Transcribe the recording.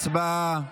הצבעה.